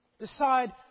decide